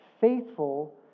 faithful